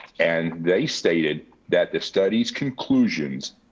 and they stated that the study's conclusions,